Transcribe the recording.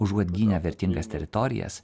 užuot gynę vertingas teritorijas